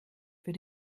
für